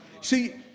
See